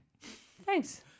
Thanks